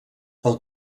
pel